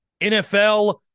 NFL